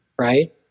right